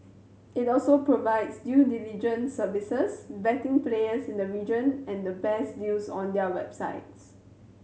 it also provides due diligence services vetting players in the region and the best deals on their websites